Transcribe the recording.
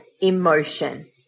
emotion